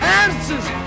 answers